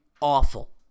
awful